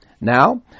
Now